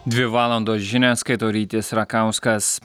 dvi valandos žinią skaito rytis rakauskas